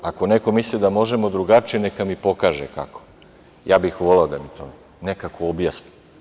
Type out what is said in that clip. Ako neko misli da možemo drugačije, neka mi pokaže kako, voleo bih da mi to nekako objasni.